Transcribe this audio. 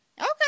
Okay